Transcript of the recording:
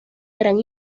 gran